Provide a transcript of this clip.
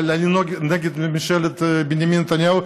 אבל אני נגד ממשלת בנימין נתניהו.